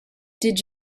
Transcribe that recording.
did